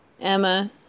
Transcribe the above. Emma